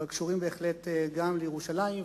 אבל קשורים בהחלט גם לירושלים,